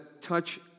touch